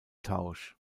tausch